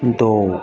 ਦੋ